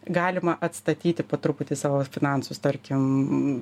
galima atstatyti po truputį savo finansus tarkim